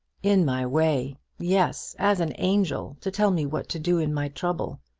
in my way yes as an angel, to tell me what to do in my trouble.